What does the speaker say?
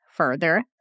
further